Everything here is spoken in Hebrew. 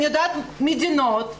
אני יודעת על מדינות שאין.